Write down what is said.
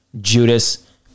Judas